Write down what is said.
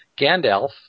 Gandalf